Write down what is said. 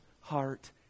heart